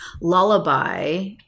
Lullaby